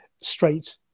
straight